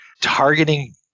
targeting